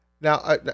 now